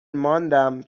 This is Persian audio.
ماندم